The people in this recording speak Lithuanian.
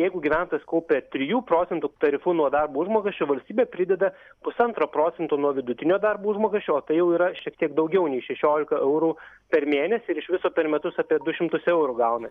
jeigu gyventojas kaupia trijų procentų tarifu nuo darbo užmokesčio valstybė prideda pusantro procento nuo vidutinio darbo užmokesčio o tai jau yra šiek tiek daugiau nei šešiolika eurų per mėnesį ir iš viso per metus apie du šimtus eurų gauna